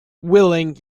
willing